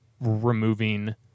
removing